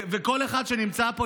וכל אחד שנמצא פה,